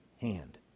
hand